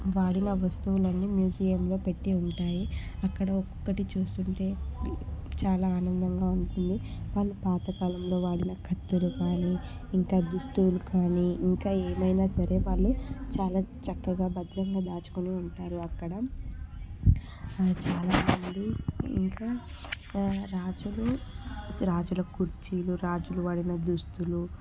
వాడిన వస్తువులన్నీ మ్యూజియంలో పెట్టి ఉంటాయి అక్కడ ఒక్కొక్కటి చూస్తుంటే చాలా ఆనందంగా ఉంటుంది వాళ్ళు పాత కాలంలో వాడిన కత్తులు కానీ ఇంకా దుస్తువులు కానీ ఇంకా ఏమైనా సరే వాళ్ళు చాలా చక్కగా భద్రంగా దాచుకొని ఉంటారు అక్కడ చాలా మంది ఇంకా రాజులు రాజుల కుర్చీలు రాజులు వాడిన దుస్తులు